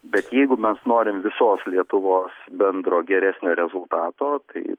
bet jeigu mes norim visos lietuvos bendro geresnio rezultato tai